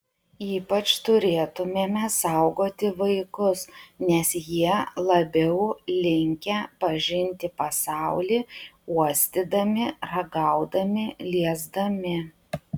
ypač turėtumėme saugoti vaikus nes jie labiau linkę pažinti pasaulį uostydami ragaudami liesdami